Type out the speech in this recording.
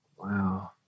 Wow